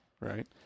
right